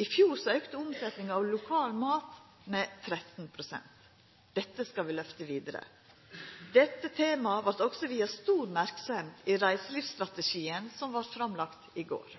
I fjor auka omsetninga av lokal mat med 13 pst. Dette skal vi lyfta vidare. Dette temaet vart også vist stor merksemd i den reiselivsstrategien som vart lagd fram i går.